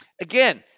Again